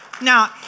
Now